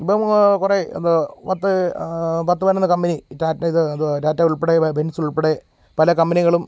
ഇപ്പം കുറേ എന്താ പത്ത് പത്ത് പതിനൊന്നു കമ്പനി ഈ ടാറ്റ ഇത് അത് ടാറ്റ ഉള്പ്പെടെ ബെന്സ് ഉള്പ്പെടെ പല കമ്പനികളും